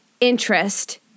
interest